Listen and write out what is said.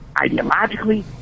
ideologically